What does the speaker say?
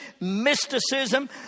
mysticism